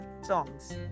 songs